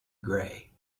gray